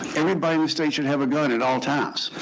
everybody in the state should have a gun at all times.